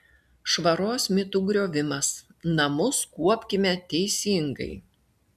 švaros mitų griovimas namus kuopkime teisingai